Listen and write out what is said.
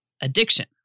addiction